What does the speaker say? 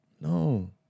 No